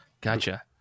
Gotcha